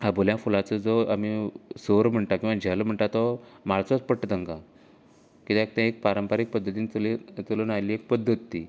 आबोल्या फुलांचो जो आमी सोर म्हणटा किंवां झेलो म्हणटात तो माळचोच पडटा तांकां कित्याक तें एक पारंपारीक पद्दतीन चलून आयिल्ली पद्दत ती